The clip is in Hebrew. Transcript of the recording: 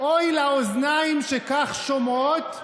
אוי לאוזניים שכך שומעות,